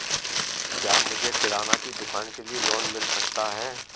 क्या मुझे किराना की दुकान के लिए लोंन मिल सकता है?